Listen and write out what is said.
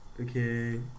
Okay